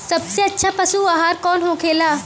सबसे अच्छा पशु आहार कौन होखेला?